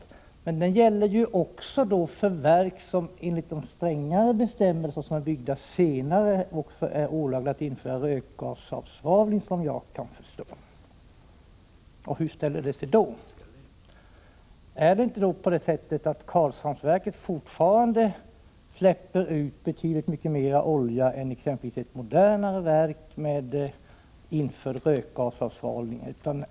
Såvitt jag kan förstå gäller den ju också för verk som är byggda senare, enligt de strängare bestämmelserna, och som är ålagda att införa rökgasavsvavling. Hur ställer det sig då? Släpper inte Karlshamnsverket fortfarande ut betydligt mycket mer oljeavgaser än exempelvis ett modernare verk som infört rökgasavsvavling?